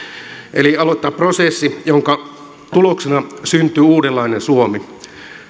eli aloittaa prosessin jonka tuloksena syntyy uudenlainen suomi